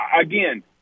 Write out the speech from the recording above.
Again